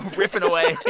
riffing away